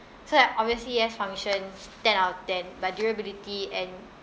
so like obviously yes function ten out of ten but durability and